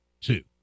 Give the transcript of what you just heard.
two